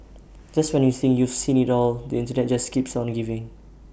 just when you think you've seen IT all the Internet just keeps on giving